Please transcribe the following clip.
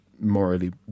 morally